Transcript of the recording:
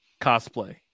cosplay